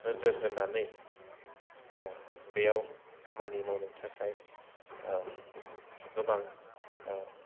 नोजोर होनानै बेयाव खामानि मावनो थाखाय गोबां